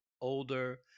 older